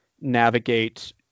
navigate